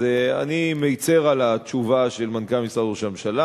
אני מצר על התשובה של מנכ"ל משרד ראש הממשלה.